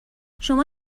شما